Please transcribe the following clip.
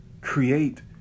create